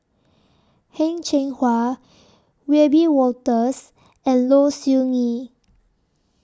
Heng Cheng Hwa Wiebe Wolters and Low Siew Nghee